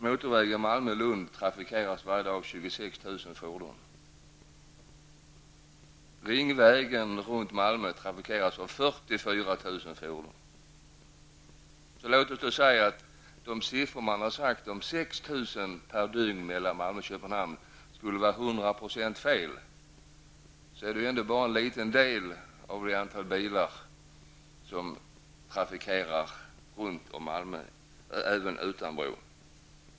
Motorvägen mellan Malmö och Lund trafikeras varje dag av Om de siffror på 6 000 bilar per dygn mellan Malmö och Köpenhamn skulle vara hundraprocentigt felaktiga, är det ändå bara en liten del av det antal bilar som trafikerar vägarna runt Malmö utan en bro.